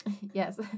yes